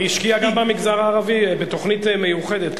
היא השקיעה גם במגזר הערבי בתוכנית מיוחדת,